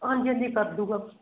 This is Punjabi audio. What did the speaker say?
ਹਾਂਜੀ ਹਾਂਜੀ ਕਰ ਦਊਂਗਾ